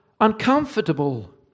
uncomfortable